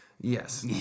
Yes